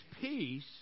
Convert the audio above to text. peace